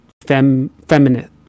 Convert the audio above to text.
feminine